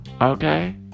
Okay